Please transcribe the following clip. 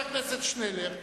חבר הכנסת שנלר מבקש,